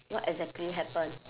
what exactly happen